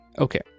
Okay